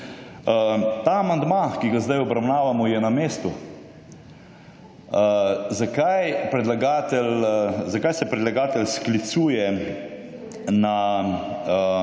Ta amandma, ki ga zdaj obravnavamo, je na mestu. Zakaj se predlagatelj sklicuje na